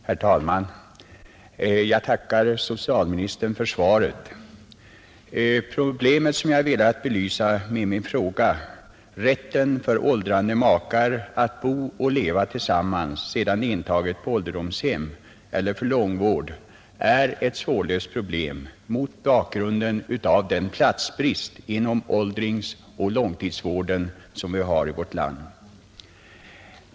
Herr talman! Jag tackar socialministern för svaret, Problemet som jag velat belysa med min fråga, rätten för åldrande makar att bo och leva tillsammans sedan de intagits på ålderdomshem eller för långvård, är ett svårlöst problem mot bakgrunden av den platsbrist inom åldringsoch långtidsvården som råder i vårt land.